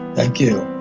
thank you.